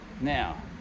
now